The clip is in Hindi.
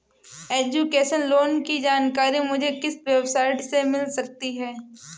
एजुकेशन लोंन की जानकारी मुझे किस वेबसाइट से मिल सकती है?